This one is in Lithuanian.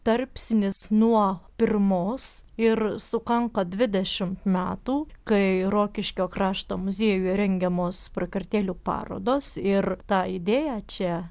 tarpsnis nuo pirmos ir sukanka dvidešim metų kai rokiškio krašto muziejuje rengiamos prakartėlių parodos ir tą idėją čia